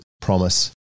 promise